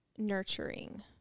nurturing